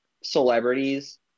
celebrities